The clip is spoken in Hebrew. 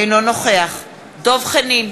אינו נוכח דב חנין,